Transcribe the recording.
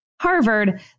Harvard